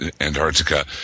Antarctica